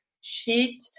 sheet